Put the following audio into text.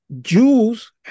Jews